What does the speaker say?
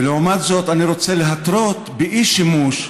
ולעומת זאת אני רוצה להתרות באי-שימוש,